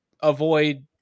avoid